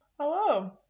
Hello